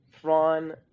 Thrawn